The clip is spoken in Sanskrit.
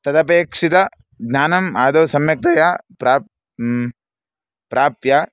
तदपेक्षितज्ञानाम् आदौ सम्यक्तया प्राप्य प्राप्य